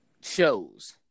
shows